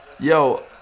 Yo